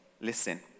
listen